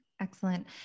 Excellent